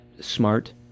smart